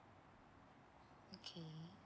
okay